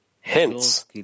Hence